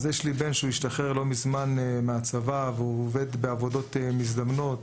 יש לי בן שהשתחרר לא מזמן מהצבא ועובד בעבודות מזדמנות,